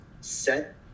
set